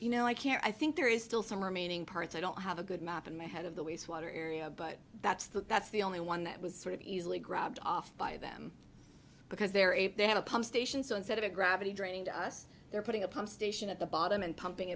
you know i can't i think there is still some remaining parts i don't have a good map in my head of the wastewater area but that's the that's the only one that was sort of easily grabbed off by them because they're a they have a pump station so instead of a gravity draining to us they're putting a pump station at the bottom and pumping